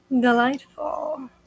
Delightful